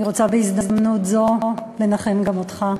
אני רוצה בהזדמנות זו לנחם גם אותך.